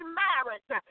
marriage